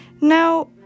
now